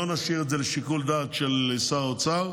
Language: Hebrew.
נשאיר את זה לשיקול דעת של שר האוצר.